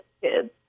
kids